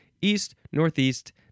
east-northeast